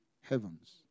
heavens